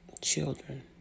children